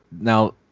now